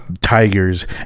tigers